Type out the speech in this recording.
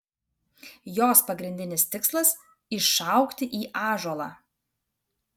jos pagrindinis tikslas išaugti į ąžuolą